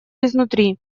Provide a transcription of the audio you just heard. изнутри